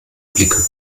blicke